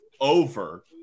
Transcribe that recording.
over